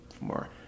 more